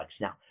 Now